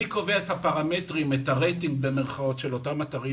מי שקובע את ה"רייטינג" של אותם אתרים,